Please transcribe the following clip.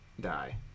die